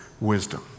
Wisdom